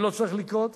שלא צריך לקרות.